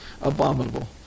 abominable